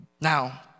Now